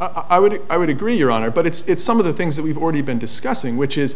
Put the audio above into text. i would i would agree your honor but it's some of the things that we've already been discussing which is